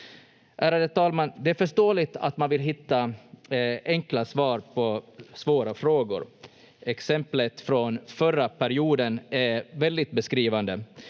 Ärade talman! Det är förståeligt att man vill hitta enkla svar på svåra frågor. Exemplet från förra perioden är väldigt beskrivande.